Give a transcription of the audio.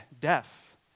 death